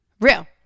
Real